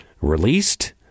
released